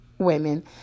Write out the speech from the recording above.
women